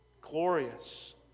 glorious